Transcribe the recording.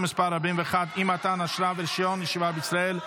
מס' 41) (אי-מתן אשרה ורישיון ישיבה בישראל),